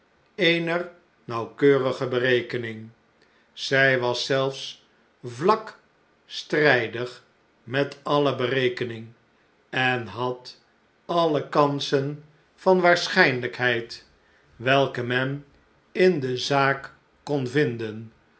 eener nauwkeurige berekening zij was zelfs vlak strijdig met alle berekening en had alle kansen van waarschijnlijkheid welke men in de zaak kon vinden